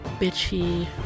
bitchy